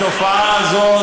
אנחנו הבאנו אותם?